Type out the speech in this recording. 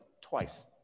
twice